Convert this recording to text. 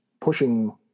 pushing